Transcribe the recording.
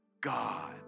God